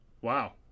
Wow